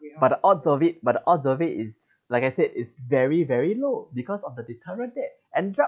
but the odds of it but the odds of it is like I said it's very very low because of the deterrent and drug